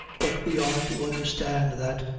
but we are to understand that,